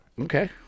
Okay